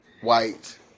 white